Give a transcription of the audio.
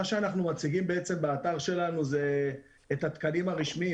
מה שאנחנו מציגים באתר שלנו זה את התקנים הרשמיים.